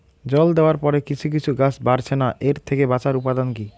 জল দেওয়ার পরে কিছু কিছু গাছ বাড়ছে না এর থেকে বাঁচার উপাদান কী?